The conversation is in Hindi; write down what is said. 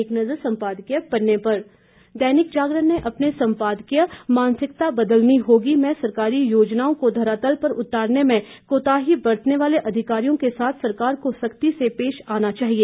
एक नज़र सम्पादकीय पन्ने पर दैनिक जागरण ने अपने संपादकीय मानसिकता बदलनी होगी में सरकारी योजनाओं को घरातल पर उतारने में कोताही बरतने वाले अधिकारियों के साथ सरकार को सख्ती से पेश आना चाहिए